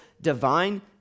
divine